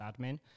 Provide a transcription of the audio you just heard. admin